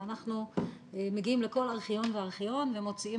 אנחנו מגיעים לכל ארכיון וארכיון ומוציאים